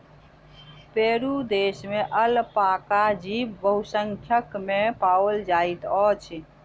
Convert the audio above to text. Peru देश में alpaca जीव बहुसंख्या में पाओल जाइत अछि